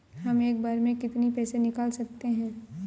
हम एक बार में कितनी पैसे निकाल सकते हैं?